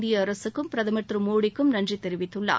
இந்திய அரசுக்கும் பிரதமர் திரு மோடிக்கும் நன்றி தெரிவித்துள்ளார்